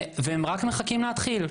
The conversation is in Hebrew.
והם רק מחכים להתחיל.